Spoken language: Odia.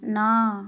ନଅ